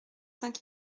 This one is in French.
cinq